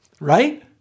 right